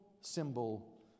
symbol